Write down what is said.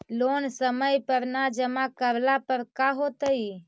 Loan समय पर न जमा करला पर का होतइ?